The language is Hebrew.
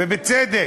ובצדק.